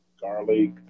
garlic